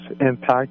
impact